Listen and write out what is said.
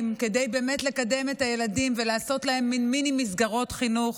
כדי לקדם באמת את הילדים ולעשות להם מיני מסגרות חינוך,